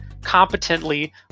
competently